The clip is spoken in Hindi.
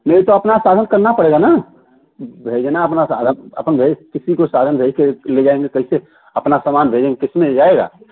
नहीं तो अपना साधन करना पड़ेगा ना भेजना अपना साधन अपन भेज किसी को भेज के ले जाएँगे कैसे अपना सामान भेजेंगे किसमें ले जाएँगे